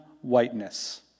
whiteness